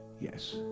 Yes